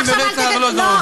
שאשמים ברצח ארלוזורוב.